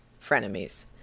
Frenemies